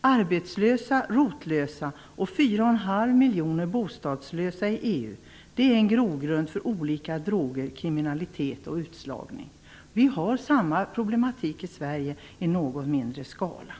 Arbetslösa, rotlösa och fyra och en halv miljoner bostadslösa i EU är en grogrund för olika droger, för kriminalitet och utslagning. Vi har samma problematik i Sverige i en något mindre skala.